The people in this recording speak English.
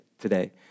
today